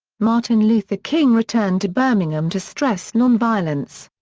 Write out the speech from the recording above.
martin luther king returned to birmingham to stress nonviolence.